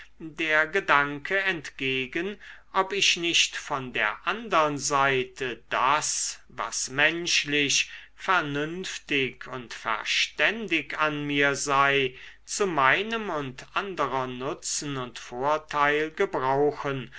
der gedanke entgegen ob ich nicht von der andern seite das was menschlich vernünftig und verständig an mir sei zu meinem und anderer nutzen und vorteil gebrauchen